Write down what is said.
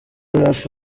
ralph